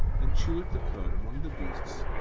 and cheweth the cud among the beasts,